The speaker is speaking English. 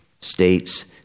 states